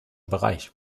bereich